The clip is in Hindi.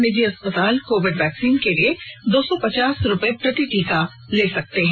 निजी अस्पताल कोविड वैक्सीन के लिए दौ सौ पचास रुपये प्रति टीका ले सकते हैं